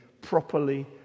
properly